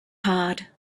hard